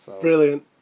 Brilliant